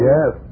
Yes